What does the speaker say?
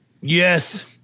yes